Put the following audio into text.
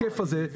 את כל ההיקף הזה.